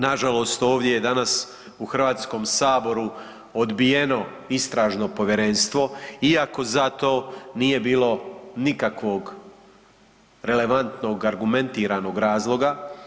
Na žalost ovdje je danas u Hrvatskom saboru odbijeno istražno povjerenstvo iako za to nije bilo nikakvog relevantnog argumentnog razloga.